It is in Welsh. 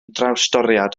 drawstoriad